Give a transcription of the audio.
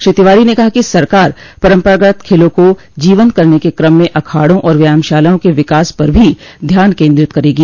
श्री तिवारी ने कहा कि सरकार परम्परागत खेलों को जीवन्त करन के क्रम में अखाड़ों और व्यायामशालाओं के विकास पर भी ध्यान केन्द्रित करेगी